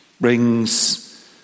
brings